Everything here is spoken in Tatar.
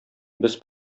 без